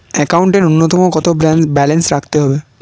একাউন্টে নূন্যতম কত ব্যালেন্স রাখতে হবে?